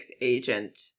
agent